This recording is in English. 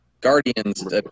Guardians